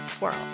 world